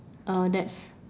uh that's